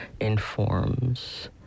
informs